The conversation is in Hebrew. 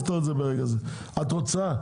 אם את רוצה,